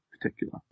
particular